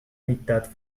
mitad